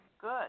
good